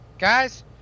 Guys